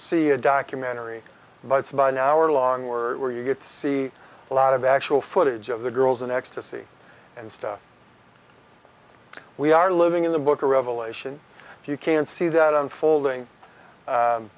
see a documentary but it's about an hour long word where you get to see a lot of actual footage of the girls in ecstasy and stuff we are living in the book of revelation if you can see that unfolding